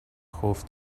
خوف